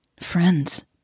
Friends